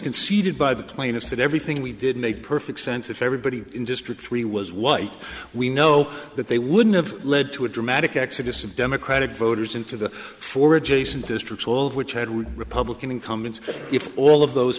conceded by the plaintiff that everything we did made perfect sense if everybody in district three was white we know that they wouldn't have led to a dramatic exodus of democratic voters into the four adjacent districts all of which had republican incumbents if all of those